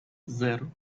zero